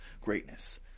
greatness